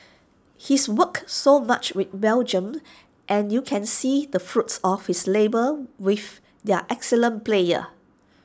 he's worked so much with Belgium and you can see the fruits of his labour with their excellent players